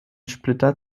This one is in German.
splitter